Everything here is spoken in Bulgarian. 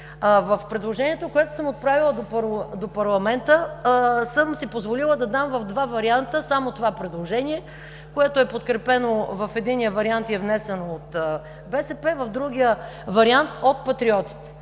В предложението, което съм отправила до парламента, съм си позволила да дам в два варианта само това предложение, което е подкрепено в единия вариант и е внесено от „БСП за България“, в другия вариант – от „Патриотите“.